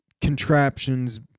contraptions